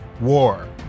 war